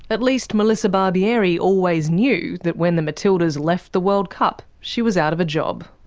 at least melissa barbieri always knew that when the matildas left the world cup, she was out of a job.